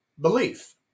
belief